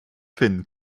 finn